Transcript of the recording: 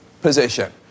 position